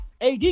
AD